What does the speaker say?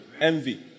Envy